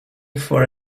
for